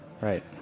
Right